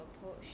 approach